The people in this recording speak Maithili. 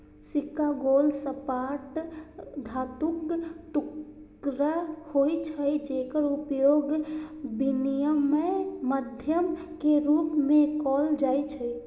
सिक्का गोल, सपाट धातुक टुकड़ा होइ छै, जेकर उपयोग विनिमय माध्यम के रूप मे कैल जाइ छै